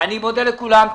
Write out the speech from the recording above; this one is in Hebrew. אני מודה לכולם.